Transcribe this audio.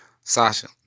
Sasha